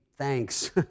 Thanks